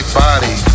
body